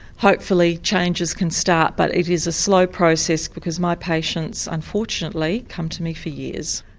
hopefully changes can start. but it is a slow process because my patients, unfortunately, come to me for years.